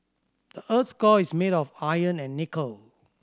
the earth's core is made of iron and nickel